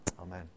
Amen